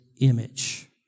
image